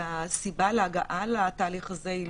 והסיבה להגעה לתהליך הזה היא